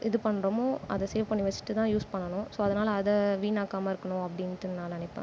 இது பண்கிறோமோ அதை சேவ் பண்ணி வச்சுட்டு தான் யூஸ் பண்ணனும் ஸோ அதனால் அதை வீணாக்காமல் இருக்கணும் அப்படின்ட்டு நான் நினைப்பேன்